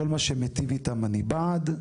כל מה שמיטיב איתם אני בעד,